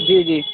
جی جی